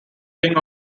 king